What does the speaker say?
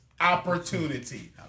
opportunity